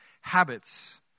habits